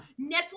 Netflix